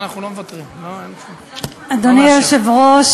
אנחנו נעבור אותן אחת-אחת, בעזרת השם.